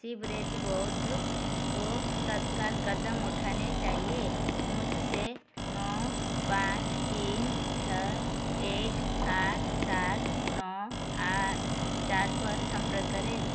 sewerage board को तत्काल क़दम उठाने चाहिए मुझसे नौ पाँच तीन छः एक आठ सात नौ आठ चार पर संपर्क करें